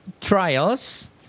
trials